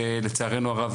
שלצערנו הרב,